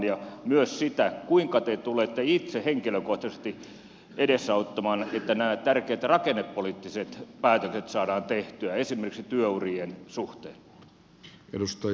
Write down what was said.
ja kuinka te tulette itse henkilökohtaisesti edesauttamaan että nämä tärkeät rakennepoliittiset päätökset saadaan tehtyä esimerkiksi työurien suhteen